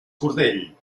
cordell